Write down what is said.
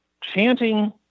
chanting